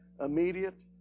immediate